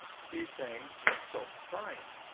she is saying, stop crying!